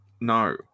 No